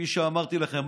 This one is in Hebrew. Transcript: כפי שאמרתי לכם,